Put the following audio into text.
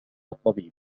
الطبيب